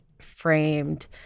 framed